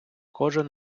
кожен